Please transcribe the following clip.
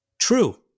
True